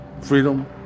freedom